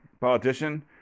politician